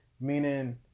meaning